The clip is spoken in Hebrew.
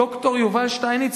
ד"ר יובל שטייניץ,